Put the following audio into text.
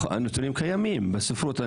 הנתונים קיימים בספרות.